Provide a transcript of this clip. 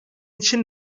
için